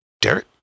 Derek